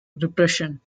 repression